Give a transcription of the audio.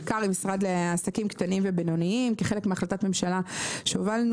בעיקר עם הרשות לעסקים קטנים ובינוניים כחלק מהחלטת ממשלה שהובלנו.